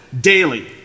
daily